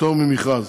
פטור ממכרז,